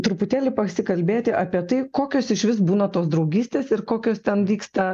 truputėlį pasikalbėti apie tai kokios išvis būna tos draugystės ir kokios ten vyksta